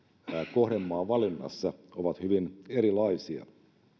kohdemaan valinnassa ovat hyvin erilaisia